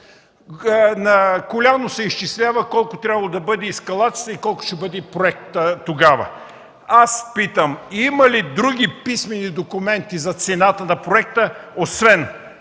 коляно се изчислява колко трябвало да бъде ескалацията и колко ще бъде проектът тогава. Аз питам: има ли други писмени документи за цената на проекта освен